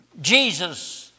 Jesus